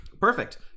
Perfect